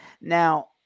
Now